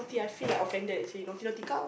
I feel like offended actually naughty naughty cow